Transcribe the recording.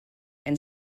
and